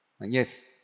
Yes